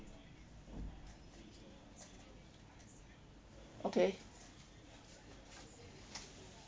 okay